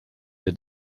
der